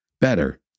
Better